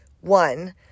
one